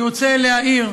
אני רוצה להעיר.